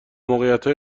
موقعیت